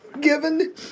Given